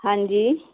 ਹਾਂਜੀ